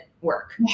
work